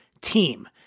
team